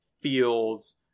feels